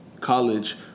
college